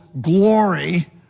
glory